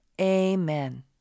Amen